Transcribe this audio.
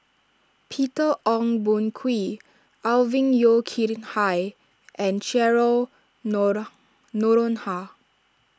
Peter Ong Boon Kwee Alvin Yeo Khirn Hai and Cheryl No Noronha